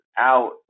out